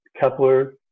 Kepler